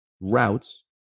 routes